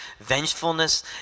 vengefulness